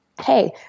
hey